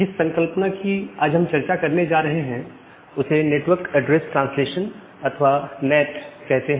जिस संकल्पना कि आज हम चर्चा करने जा रहे हैं उसे नेटवर्क ऐड्रेस ट्रांसलेशन अथवा नैट कहते हैं